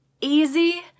easy